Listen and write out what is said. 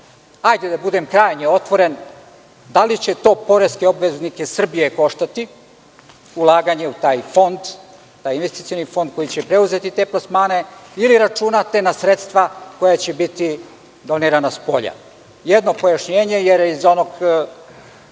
hajde da budem krajnje otvoren, da li će to poreske obveznike Srbije koštati, ulaganje u taj fond, taj investicioni fond koji će preduzeti te plasmane, ili računate na sredstva koja će biti donirana spolja? Jedno pojašnjenje jer iz onog